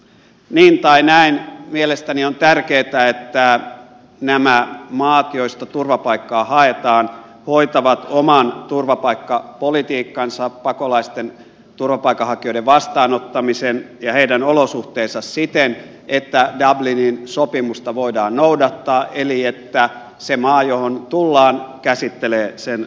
niin tai näin mielestäni on tärkeätä että nämä maat joista turvapaikkaa haetaan hoitavat oman turvapaikkapolitiikkansa pakolaisten turvapaikanhakijoiden vastaanottamisen ja heidän olosuhteensa siten että dublinin sopimusta voidaan noudattaa eli että se maa johon tullaan käsittelee sen turvapaikkahakemuksen